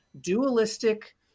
dualistic